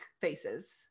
faces